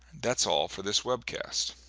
thats all for this webcast.